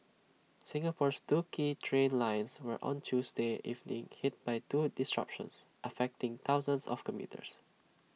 Singapore's two key train lines were on Tuesday evening hit by twin disruptions affecting thousands of commuters